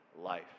life